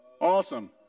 awesome